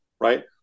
Right